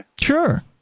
Sure